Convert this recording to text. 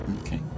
Okay